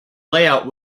layout